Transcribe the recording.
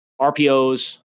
RPOs